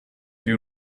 you